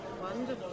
Wonderful